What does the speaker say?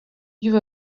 you